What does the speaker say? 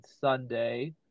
Sunday